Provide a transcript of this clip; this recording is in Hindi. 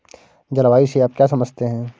जलवायु से आप क्या समझते हैं?